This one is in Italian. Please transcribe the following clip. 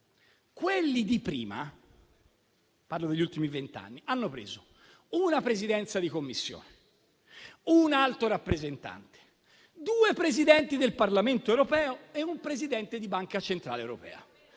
vent'anni) hanno preso una Presidenza di Commissione, un Alto Rappresentante, due Presidenti del Parlamento europeo e un Presidente di Banca centrale europea.